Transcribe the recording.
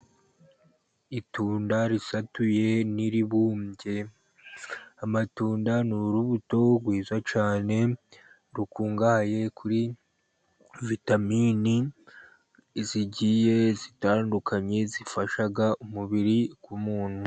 Itunda risatuye n'iribumbye, amatunda ni urubuto rwiza cyane, rukungahaye kuri vitamini zigiye zitandukanye, zifasha umubiri w'umuntu.